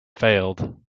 failed